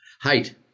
Height